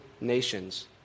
nations